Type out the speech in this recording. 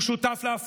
הוא שותף להפרות,